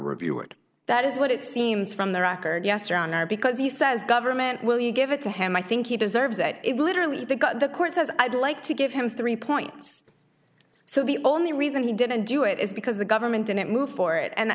review it that is what it seems from the record yes around there because he says government will you give it to him i think he deserves that it literally the court says i'd like to give him three points so the only reason he didn't do it is because the government didn't move for it and